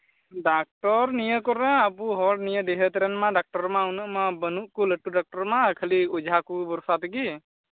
doctor ᱱᱤᱭᱟᱹ ᱠᱚᱨᱮ ᱟᱵᱚ ᱦᱚᱲ ᱱᱤᱭᱟᱹ ᱰᱤᱦᱟᱹᱛ ᱨᱮᱱ ᱢᱟ ᱰᱟᱠᱛᱚᱨ ᱢᱟ ᱩᱱᱟᱹᱜ ᱢᱟ ᱵᱟᱹᱱᱩᱜ ᱠᱚ ᱞᱟᱹᱴᱩ ᱰᱟᱠᱛᱚᱨ ᱢᱟ ᱠᱷᱟᱹᱞᱤ ᱚᱡᱷᱟ ᱠᱚ ᱵᱷᱚᱨᱥᱟ ᱛᱮᱜᱮ